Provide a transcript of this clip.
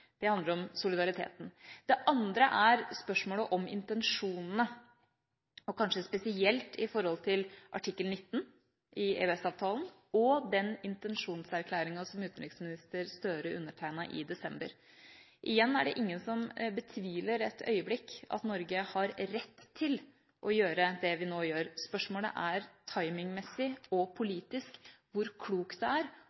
Det handler om solidariteten. Det andre er spørsmålet om intensjonene, og kanskje spesielt i forhold til artikkel 19 i EØS-avtalen og den intensjonserklæringa som utenriksminister Gahr Støre undertegnet i desember. Igjen er det ingen som betviler et øyeblikk at Norge har rett til å gjøre det vi nå gjør. Spørsmålet er – timingmessig og